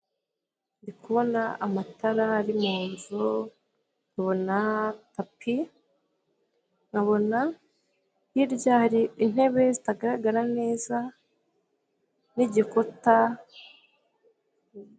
Ndi kubona amatara ari mu nzu nkabona tapi, nkabona hirya hari intebe zitagaragara neza n'igikuta.